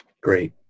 Great